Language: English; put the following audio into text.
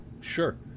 sure